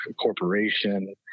corporation